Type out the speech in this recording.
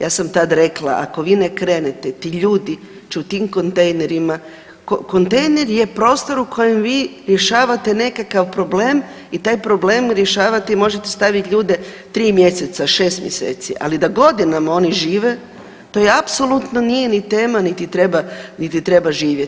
Ja sam tad rekla ako vi ne krenete, ti ljudi će u tim kontejnerima, kontejner je prostor u kojem vi rješavate nekakav problem i taj problem rješavate i možete stavit ljude 3 mjeseca, 6 mjeseci, ali da godinama oni žive, to je apsolutno nije ni tema, niti treba, niti treba živjeti.